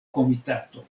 komitato